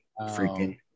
freaking